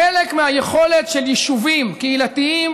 חלק מהיכולת של יישובים קהילתיים